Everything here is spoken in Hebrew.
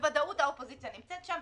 בוודאות האופוזיציה נמצאת שם.